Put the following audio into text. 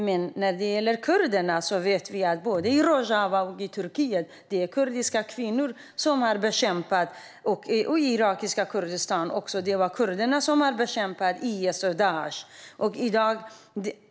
Men när det gäller kurderna vet vi att både i Rojava, i Turkiet och i irakiska Kurdistan är det kurder och kurdiska kvinnor som har bekämpat IS/Daish.